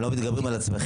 אתם לא מתגברים על עצמכם.